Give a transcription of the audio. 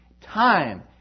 Time